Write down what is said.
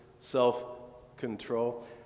self-control